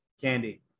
Candy